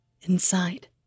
inside